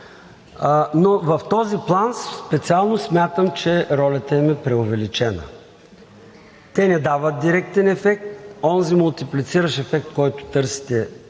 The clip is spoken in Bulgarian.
но в този план специално смятам, че ролята им е преувеличена. Те не дават директен ефект. Онзи мултиплициращ ефект, който търсите,